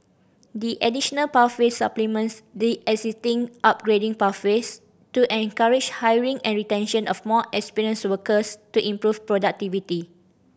the additional pathway supplements the existing upgrading pathways to encourage hiring and retention of more experienced workers to improve productivity